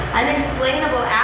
unexplainable